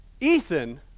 Ethan